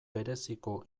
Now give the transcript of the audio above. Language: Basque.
bereziko